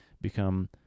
become